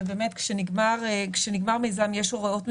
ובאמת כשנגמר מיזם יש הוראות מיוחדות,